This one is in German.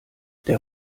der